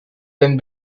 than